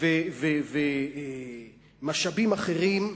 ומשאבים אחרים,